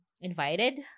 invited